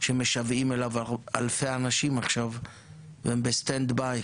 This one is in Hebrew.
שמשוועים אליו אלפי אנשים עכשיו והם ב-stand by,